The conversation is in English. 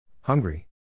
Hungry